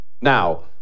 Now